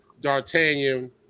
D'Artagnan